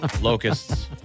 Locusts